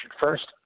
first